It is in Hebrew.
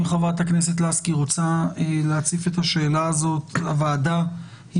אם ח"כ לסקי רוצה להציף את השאלה הזו הוועדה היא